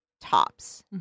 tops